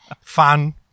fun